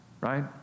Right